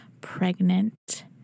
pregnant